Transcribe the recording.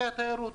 והתיירות.